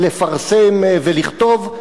לפרסם ולכתוב.